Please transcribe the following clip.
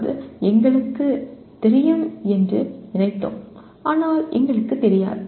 அதாவது எங்களுக்குத் தெரியும் என்று நாங்கள் நினைத்தோம் எங்களுக்குத் தெரியாது